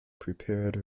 prepared